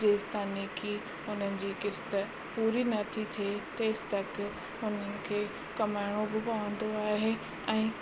जेसताणी की उन्हनि जी क़िस्त पूरी नथी थिए तेस तक उन्हनि खे कमाइणो बि पवंदो आहे ऐं